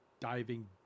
diving